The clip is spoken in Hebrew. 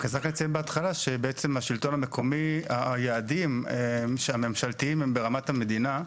רק לציין בהתחלה שהיעדים הממשלתיים הם ברמת המדינה,